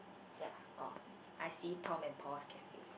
ya oh I see Tom and Paul's Cafe